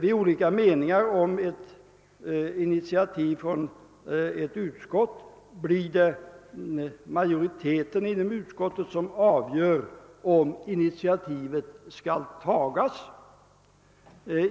Vid olika meningar om ett initiativ avgör majoriteten inom utskottet om initiativet skall tas.